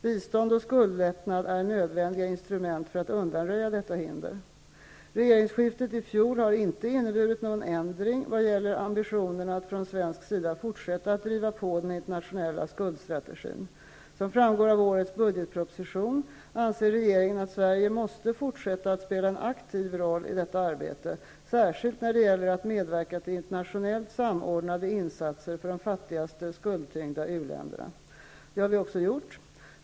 Bistånd och skuldlättnad är nödvändiga instrument för att undanröja detta hinder. Regeringsskiftet i fjol har inte inneburit någon ändring vad gäller ambitionerna att från svensk sida fortsätta att driva på den internationella skuldstrategin. Som framgår av årets budgetproposition, anser regeringen att Sverige måste fortsätta att spela en aktiv roll i detta arbete, särskilt när det gäller att medverka till internationellt samordnade insatser för de fattigaste skuldtyngda u-länderna. Det har vi också gjort.